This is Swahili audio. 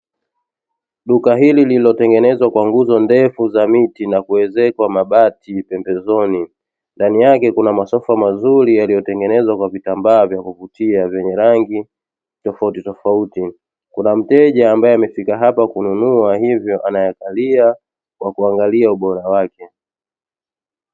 Duka hili lililotengenezwa kwa nguzo ndefu za miti na kuwezekwa mabati pembezoni, ndani yake kuna masofa mazuri yaliyotengenezwa kwa vitambaa vya kuvutia, vyenye rangi tofautitofauti. Kuna mteja ambaye amefika hapa kununua, hivyo anayaangalia kwa kuangalia ubora wake.